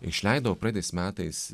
išleidau praeitais metais